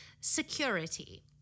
security